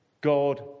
God